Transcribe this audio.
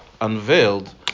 unveiled